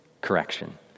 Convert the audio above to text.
correction